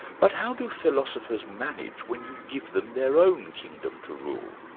but how do philosophers manage when you give them their own kingdom to rule?